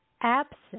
Absent